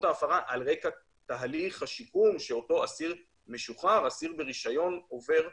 ההפרה על רקע תהליך השיקום שאותו אסיר משוחרר או אסיר ברישיון עובר.